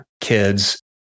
kids